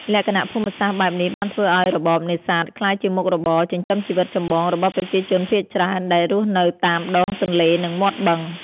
លក្ខណៈភូមិសាស្ត្របែបនេះបានធ្វើឲ្យរបរនេសាទក្លាយជាមុខរបរចិញ្ចឹមជីវិតចម្បងរបស់ប្រជាជនភាគច្រើនដែលរស់នៅតាមដងទន្លេ និងមាត់បឹង។